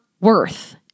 worth